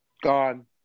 gone